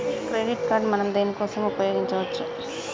Credit card మనం దేనికోసం ఉపయోగించుకోవచ్చు?